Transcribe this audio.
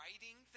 writing